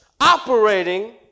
operating